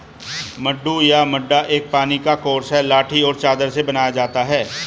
मड्डू या मड्डा एक पानी का कोर्स है लाठी और चादर से बनाया जाता है